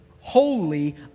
holy